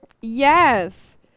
Yes